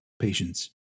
patience